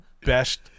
best